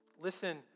Listen